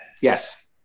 Yes